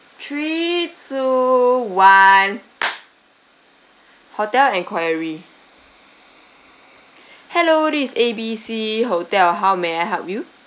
three two one hotel enquiry hello this is A B C hotel how may I help you